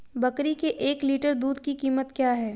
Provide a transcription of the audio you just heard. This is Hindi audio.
बकरी के एक लीटर दूध की कीमत क्या है?